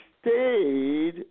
stayed